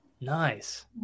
Nice